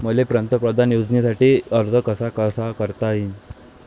मले पंतप्रधान योजनेसाठी अर्ज कसा कसा करता येईन?